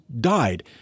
died